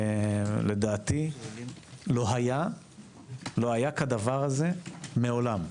לדעתי, לא היה כדבר הזה מעולם.